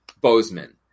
bozeman